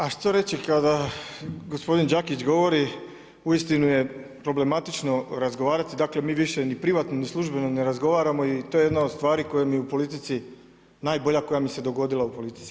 A što reći kada gospodin Đakić govori uistinu je problematično razgovarati, dakle mi privatni ni službeno ne razgovaramo i to je jedna od stvari koje mi u politici najbolja koja mi se dogodila u politici.